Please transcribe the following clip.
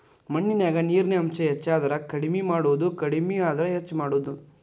ಮಣ್ಣಿನ್ಯಾಗ ನೇರಿನ ಅಂಶ ಹೆಚಾದರ ಕಡಮಿ ಮಾಡುದು ಕಡಮಿ ಆದ್ರ ಹೆಚ್ಚ ಮಾಡುದು